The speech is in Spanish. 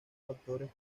factores